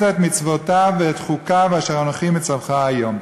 את מצותו ואת חקיו אשר אנכי מצוך היום".